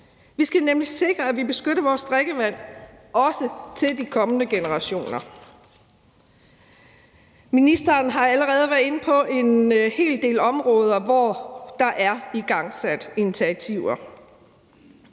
Vi skal nemlig sikre, at vi beskytter vores drikkevand, også for de kommende generationer. Ministeren har allerede været inde på en hel del områder, hvor der er igangsat initiativer.